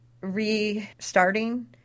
restarting